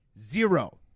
zero